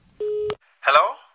Hello